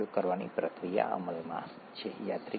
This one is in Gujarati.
તેઓ હકીકતમાં જે છે તે આ છે